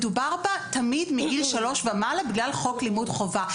מדברת תמיד על גיל שלוש ומעלה בגלל חוק לימוד חובה,